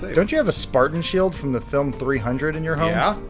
don't you have a spartan shield from the film three hundred in your home? yeah